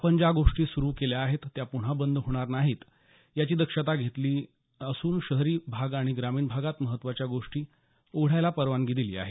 आपण ज्या गोष्टी सुरु केल्या आहेत त्या पुन्हा बंद होणार नाहीत याची दक्षता घेतली असून शहरी भाग आणि ग्रामीण भागात महत्वाच्या गोष्टी उघडायला परवानगी दिली आहे